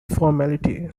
formality